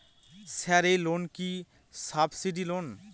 Sir এই loan কি subsidy loan?